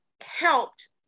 helped